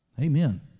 Amen